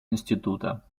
института